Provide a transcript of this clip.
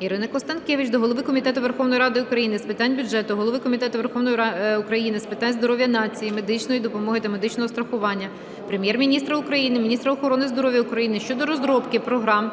Ірини Констанкевич до голови Комітету Верховної Ради України з питань бюджету, голови Комітету Верховної Ради України з питань здоров'я нації, медичної допомоги та медичного страхування, Прем'єр-міністра України, міністра охорони здоров'я України щодо розробки програм